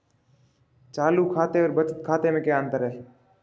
चालू खाते और बचत खाते में क्या अंतर है?